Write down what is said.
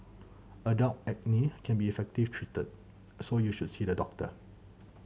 adult acne can be effective treated so you should see the doctor